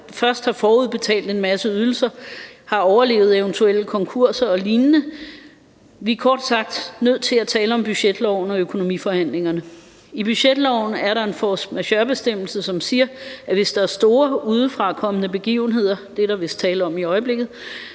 først har forudbetalt en masse ydelser og har overlevet eventuelle konkurser og lignende. Vi er kort sagt nødt til at tale om budgetloven og økonomiforhandlingerne. I budgetloven er der en force majeure-bestemmelse, som siger, at hvis der er store udefrakommende begivenheder – det er der vist tale om i øjeblikket